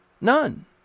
None